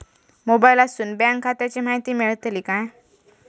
मोबाईलातसून बँक खात्याची माहिती मेळतली काय?